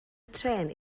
trên